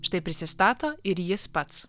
štai prisistato ir jis pats